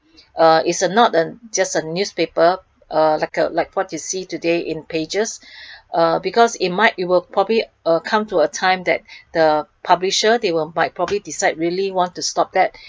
uh it's not a just a newspaper uh like uh like what you see today in pages uh because in my it would probably come to a time that the publisher they will might probably decide really want to stop that